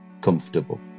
comfortable